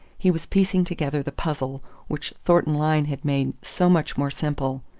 he was piecing together the puzzle which thornton lyne had made so much more simple.